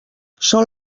són